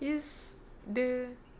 is the